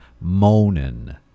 moaning